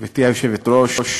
גברתי היושבת-ראש,